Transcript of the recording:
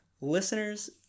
listeners